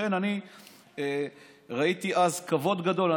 לכן אני ראיתי אז כבוד גדול,